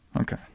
Okay